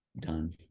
done